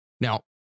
Now